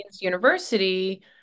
university